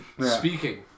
Speaking